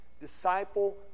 disciple